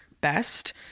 best